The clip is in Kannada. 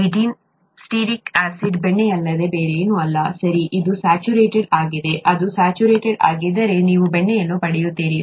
C18 ಸ್ಟಿಯರಿಕ್ ಆಸಿಡ್ ಬೆಣ್ಣೆಯಲ್ಲದೆ ಬೇರೇನೂ ಅಲ್ಲ ಸರಿ ಇದು ಸ್ಯಾಚುರೇಟೆಡ್ ಆಗಿದೆ ಅದು ಸ್ಯಾಚುರೇಟೆಡ್ ಆಗಿದ್ದರೆ ನೀವು ಬೆಣ್ಣೆಯನ್ನು ಪಡೆಯುತ್ತೀರಿ